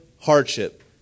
hardship